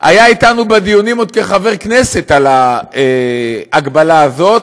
היה איתנו בדיונים עוד כחבר כנסת על ההגבלה הזאת,